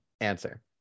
answer